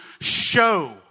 show